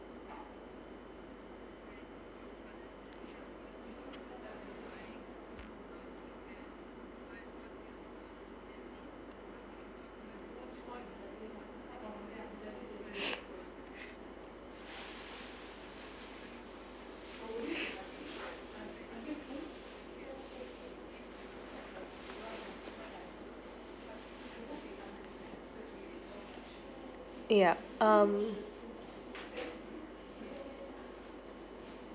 yeah um